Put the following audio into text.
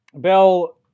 Bill